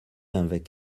avec